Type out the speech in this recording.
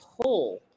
pull